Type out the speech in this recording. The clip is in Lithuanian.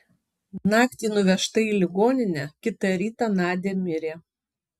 naktį nuvežta į ligoninę kitą rytą nadia mirė